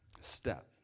step